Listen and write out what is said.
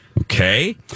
Okay